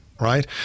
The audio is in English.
Right